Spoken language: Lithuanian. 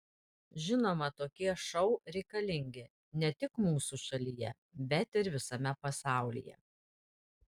žinoma tokie šou reikalingi ne tik mūsų šalyje bet ir visame pasaulyje